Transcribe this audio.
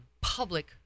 public